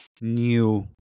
new